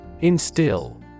Instill